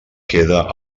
queda